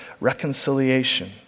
reconciliation